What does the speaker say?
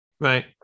Right